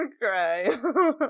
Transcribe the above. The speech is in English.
cry